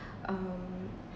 um